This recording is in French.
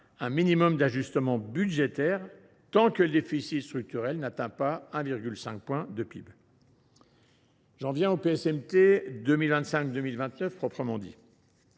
d’un minimum d’ajustement budgétaire, tant que le déficit structurel n’atteint pas 1,5 % du PIB. J’en viens au PSMT 2025 2029 proprement dit.